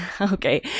okay